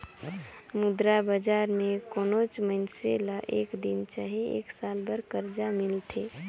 मुद्रा बजार में कोनोच मइनसे ल एक दिन चहे एक साल बर करजा मिलथे